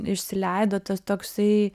išsileido tas toksai